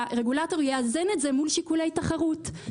שהרגולטור יאזן את זה מול שיקולי תחרות.